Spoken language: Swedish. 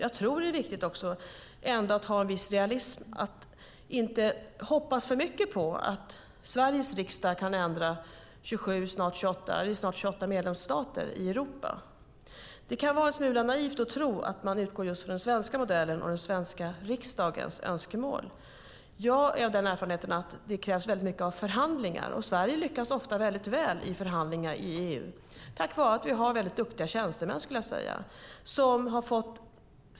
Jag tror att det är viktigt ändå att ha en viss realism och att inte hoppas för mycket på att Sveriges riksdag kan ändra 27 - vi är snart 28 - medlemsstater i Europa. Det kan vara en smula naivt att tro att man ska utgå just från den svenska modellen och den svenska riksdagens önskemål. Jag har den erfarenheten att det krävs väldigt mycket av förhandlingar. Sverige lyckas ofta väl i förhandlingar i EU tack vare att vi har väldigt duktiga tjänstemän, skulle jag säga.